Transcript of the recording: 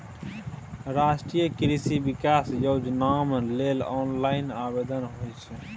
राष्ट्रीय कृषि विकास योजनाम लेल ऑनलाइन आवेदन होए छै